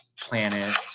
planet